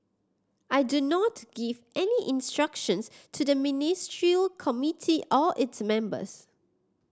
I do not give any instructions to the Ministerial Committee or its members